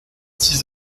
six